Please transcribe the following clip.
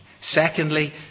Secondly